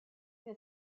this